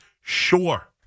Sure